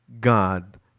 God